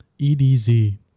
EDZ